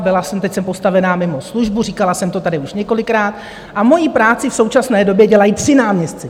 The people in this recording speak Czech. Byla jsem teď postavena mimo službu, říkala jsem to tady už několikrát, a moji práci v současné době dělají tři náměstci.